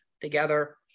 together